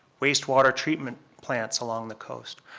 waste water treatment plants along the coast.